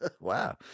wow